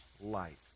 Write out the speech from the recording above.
light